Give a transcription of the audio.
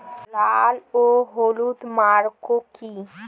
লাল ও হলুদ মাকর কী?